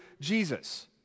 Jesus